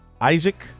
Isaac